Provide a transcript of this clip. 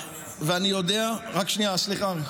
הצרפתים --- רק שנייה, סליחה.